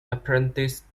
apprenticed